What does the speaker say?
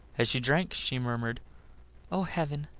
as she drank she murmured oh! heaven,